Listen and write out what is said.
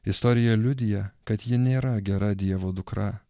istorija liudija kad ji nėra gera dievo dukra